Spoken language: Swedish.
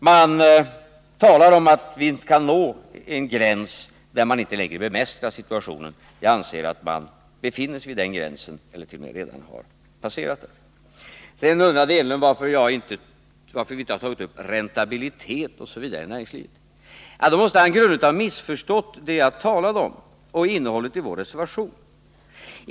Man talar om att vi kan nå en gräns där man inte längre bemästrar situationen. Jag anser att man befinner sig vid den gränsen ellert.o.m. redan har passerat den. Sedan undrade Eric Enlund varför vi inte har tagit upp räntabiliteten osv. i näringslivet. Han måste grundligt ha missförstått det som jag talade om och innehållet i vår reservation.